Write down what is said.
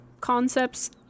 concepts